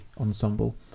Ensemble